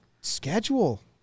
schedule